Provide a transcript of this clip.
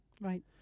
right